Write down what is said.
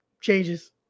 changes